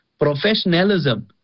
Professionalism